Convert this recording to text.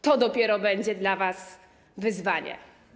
To dopiero będzie dla was wyzwanie.